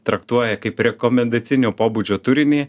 traktuoja kaip rekomendacinio pobūdžio turinį